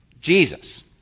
Jesus